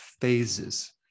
phases